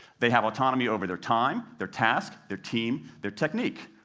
they have autonomy over their time, their task, their team, their technique.